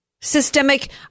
Systemic